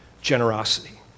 generosity